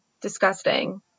disgusting